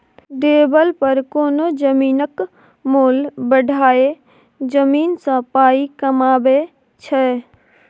developer कोनो जमीनक मोल बढ़ाए जमीन सँ पाइ कमाबै छै